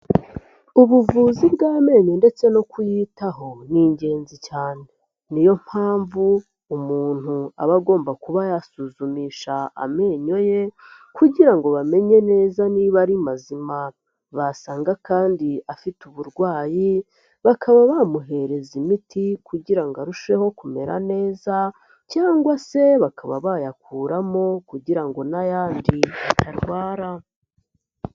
Ubuvuzi bw'amenyo ndetse no kuyitaho, ni ingenzi cyane. Ni yo mpamvu umuntu aba agomba kuba yasuzumisha amenyo ye, kugira ngo bamenye neza niba ari mazima. Basanga kandi afite uburwayi, bakaba bamuhereza imiti kugira ngo arusheho kumera neza ,cyangwa se bakaba bayakuramo kugira ngo n'ayandi atarwara.